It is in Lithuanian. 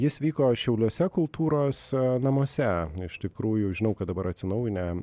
jis vyko šiauliuose kultūros namuose iš tikrųjų žinau kad dabar atsinaujinę